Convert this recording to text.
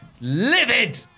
livid